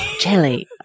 jelly